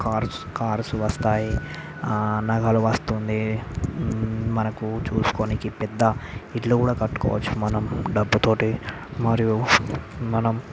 cars cars వస్తాయి నగలు వస్తుంది మనకు చూసుకొనేకి పెద్ద ఇల్లు కట్టుకోవచ్చు మనం డబ్బు తోటి మరియు మనం